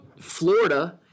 Florida